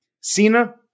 Cena